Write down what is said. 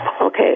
Okay